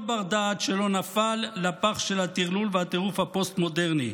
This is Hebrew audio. בר-דעת שלא נפל לפח של הטרלול והטירוף הפוסט-מודרני: